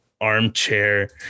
armchair